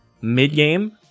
mid-game